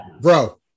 bro